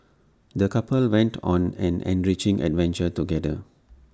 the couple went on an enriching adventure together